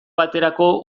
baterako